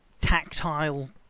tactile